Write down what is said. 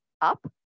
up